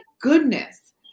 goodness